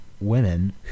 women